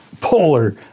polar